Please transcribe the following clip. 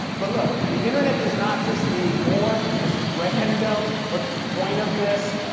but look, the internet does not just need more just random, what's the point of this?